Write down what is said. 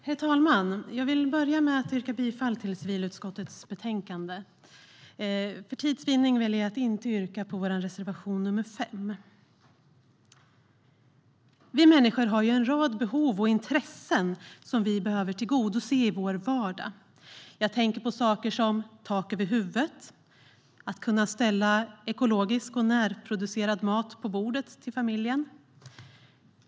Herr talman! Jag vill börja med att yrka bifall till förslagen i civilutskottets betänkande. För tids vinnande väljer jag att inte yrka på vår reservation nr 5. Vi människor har en rad behov och intressen som behöver tillgodoses i vår vardag. Jag tänker på saker som tak över huvudet, att kunna ställa ekologisk och närproducerad mat till familjen på bordet.